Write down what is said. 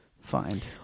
find